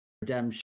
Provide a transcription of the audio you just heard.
redemption